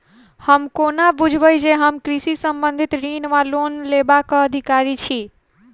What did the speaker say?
हम कोना बुझबै जे हम कृषि संबंधित ऋण वा लोन लेबाक अधिकारी छी?